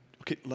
okay